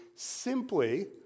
Simply